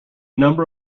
number